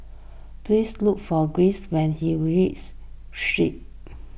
please look for Giles when he Street